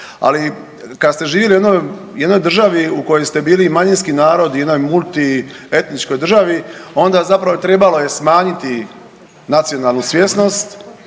Ali kad ste živjeli u jednoj državi u kojoj ste bili manjinski narod i jednoj multietničkoj državi onda zapravo trebalo je smanjiti nacionalnu svjesnost,